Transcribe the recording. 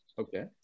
Okay